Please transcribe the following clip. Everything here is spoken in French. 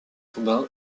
urbain